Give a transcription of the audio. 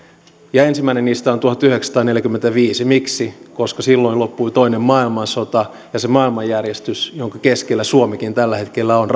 ensimmäinen niistä on tuhatyhdeksänsataaneljäkymmentäviisi miksi koska silloin loppui toinen maailmansota ja rakennettiin se maailmanjärjestys jonka keskellä suomikin tällä hetkellä on